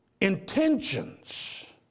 intentions